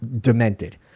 demented